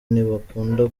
ntibakunda